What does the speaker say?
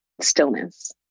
Stillness